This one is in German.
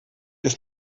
ist